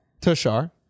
Tushar